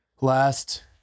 Last